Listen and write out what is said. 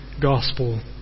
gospel